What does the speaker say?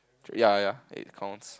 ya ya it counts